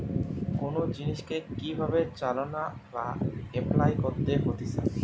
কোন জিনিসকে কি ভাবে চালনা বা এপলাই করতে হতিছে